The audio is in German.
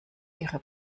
ihre